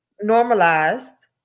normalized